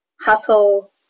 hustle